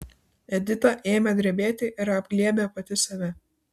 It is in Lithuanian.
edita ėmė drebėti ir apglėbė pati save